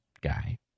guy